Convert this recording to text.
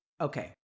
Okay